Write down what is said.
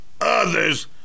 others